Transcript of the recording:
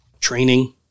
training